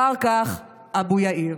אחר כך, אבו יאיר,